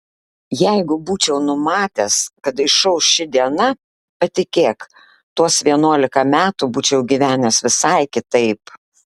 jeigu būčiau numatęs kad išauš ši diena patikėk tuos vienuolika metų būčiau gyvenęs visai kitaip